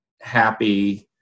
happy